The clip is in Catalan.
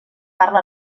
parla